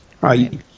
right